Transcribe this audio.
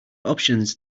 options